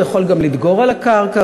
הוא יכול גם לדגור על הקרקע,